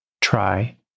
Try